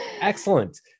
excellent